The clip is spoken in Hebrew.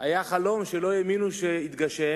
היה חלום שלא האמינו שיתגשם.